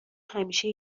همیشه